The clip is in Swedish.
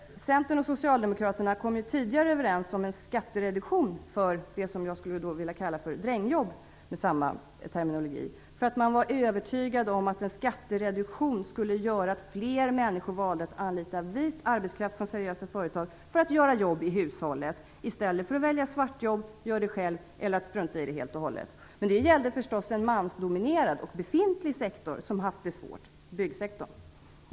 Centern och Socialdemokraterna kom tidigare överens om en skattereduktion för det som jag med samma terminologi skulle vilja kalla drängjobb. Man var övertygad om att en skattereduktion skulle göra att fler människor valde att anlita "vit" arbetskraft från seriösa företag för att göra jobb i hushållet i stället för att välja "svartjobb", göra det själv eller strunta i det helt och hållet. Men det gällde förstås en mansdominerad och befintlig sektor som haft det svårt - byggsektorn.